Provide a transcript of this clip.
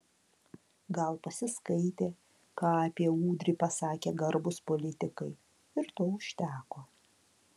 gal pasiskaitė ką apie udrį pasakė garbūs politikai ir to užteko